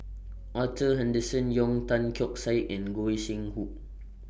Arthur Henderson Young Tan Keong Saik and Goi Seng Hu